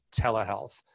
telehealth